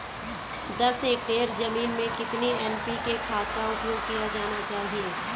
दस हेक्टेयर जमीन में कितनी एन.पी.के खाद का उपयोग किया जाना चाहिए?